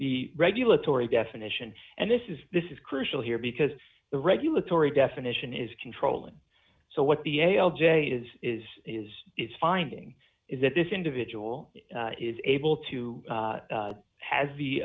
regulatory definition and this is this is crucial here because the regulatory definition is controlling so what the a l j is is is is finding is that this individual is able to has the